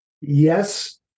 yes